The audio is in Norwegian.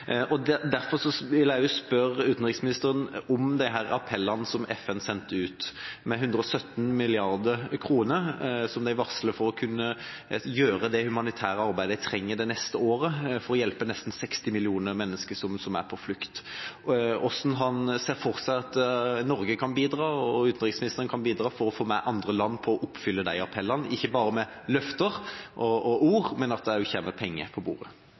til det. Derfor vil jeg spørre utenriksministeren om disse appellene som FN sendte ut, om 117 mrd. kr, som de varsler at de trenger det neste året for å kunne gjøre det humanitære arbeidet for å hjelpe nesten 60 millioner mennesker som er på flukt. Hvordan ser han for seg at Norge og utenriksministeren kan bidra til å få med andre land på å oppfylle de appellene, ikke bare med løfter og ord, men slik at det kommer penger på bordet?